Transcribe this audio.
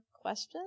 questions